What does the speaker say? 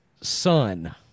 son